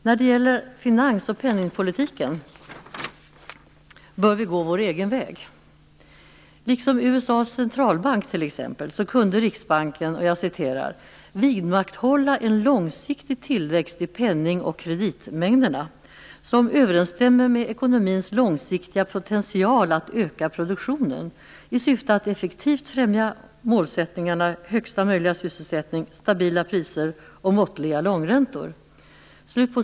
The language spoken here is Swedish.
När det gäller finans och penningpolitiken bör vi gå vår egen väg. Liksom USA:s centralbank skulle Riksbanken kunna "vidmakthålla en långsiktig tillväxt i penning och kreditmängderna som överensstämmer med ekonomins långsiktiga potential att öka produktionen i syfte att effektivt främja målsättningarna högsta möjliga sysselsättning, stabila priser och måttliga långräntor".